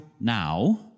now